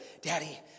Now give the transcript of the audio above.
Daddy